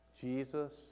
Jesus